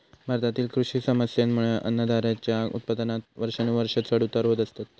भारतातील कृषी समस्येंमुळे अन्नधान्याच्या उत्पादनात वर्षानुवर्षा चढ उतार होत असतत